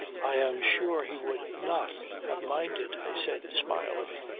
i am sure he would not have minded, i said, smiling.